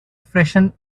freshen